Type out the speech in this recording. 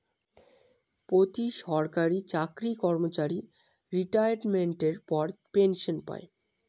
প্রতি সরকারি চাকরি কর্মচারী রিটাইরমেন্টের পর পেনসন পায়